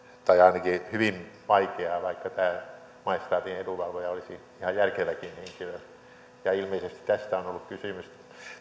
tai ainakin hyvin vaikeaa vaikka tämä maistraatin edunvalvoja olisi ihan järkeväkin henkilö ilmeisesti tästä on on ollut kysymys